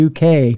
UK